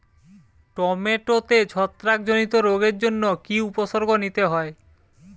টমেটোতে ছত্রাক জনিত রোগের জন্য কি উপসর্গ নিতে হয়?